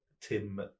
Tim